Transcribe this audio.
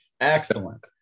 Excellent